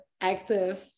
active